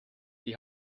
die